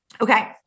Okay